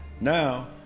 Now